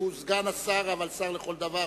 שהוא סגן שר אבל שר לכל דבר,